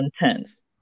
intense